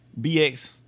BX